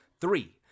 Three